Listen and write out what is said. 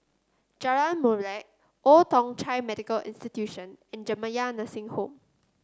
Jalan Molek Old Thong Chai Medical Institution and Jamiyah Nursing Home